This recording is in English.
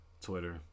Twitter